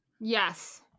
Yes